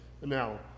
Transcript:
Now